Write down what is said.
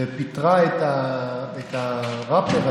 היא עמדה מול השמאלנים הקיצוניים ופיטרה את הראפר הזה,